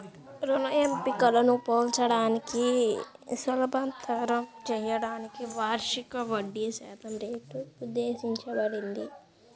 రుణ ఎంపికలను పోల్చడాన్ని సులభతరం చేయడానికి వార్షిక వడ్డీశాతం రేటు ఉద్దేశించబడింది